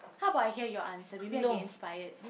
how about I hear your answer maybe I'll get inspired